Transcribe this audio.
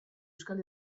euskal